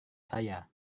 saya